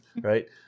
right